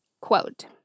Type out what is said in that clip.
Quote